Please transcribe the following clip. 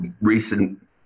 recent